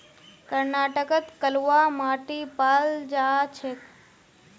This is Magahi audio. कर्नाटकत कलवा माटी पाल जा छेक